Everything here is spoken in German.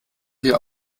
wir